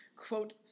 Quote